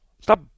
Stop